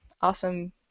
awesome